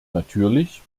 natürlich